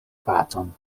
pacon